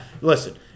Listen